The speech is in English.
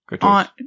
on